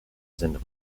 sind